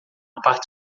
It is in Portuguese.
parte